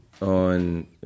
on